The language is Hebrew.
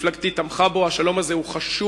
מפלגתי תמכה בו, השלום הזה הוא חשוב,